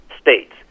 states